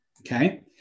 okay